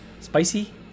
Spicy